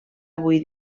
avui